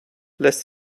lässt